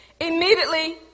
immediately